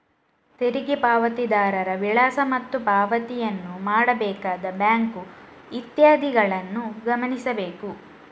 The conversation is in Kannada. ತೆರಿಗೆ ಪಾವತಿದಾರರ ವಿಳಾಸ ಮತ್ತು ಪಾವತಿಯನ್ನು ಮಾಡಬೇಕಾದ ಬ್ಯಾಂಕ್ ಇತ್ಯಾದಿಗಳನ್ನು ಗಮನಿಸಬೇಕು